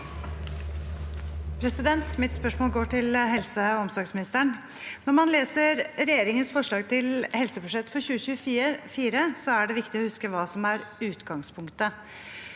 Mitt spørs- mål går til helse- og omsorgsministeren. Når man leser regjeringens forslag til helsebudsjett for 2024, er det viktig å huske hva som er utgangspunktet.